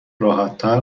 راحتتر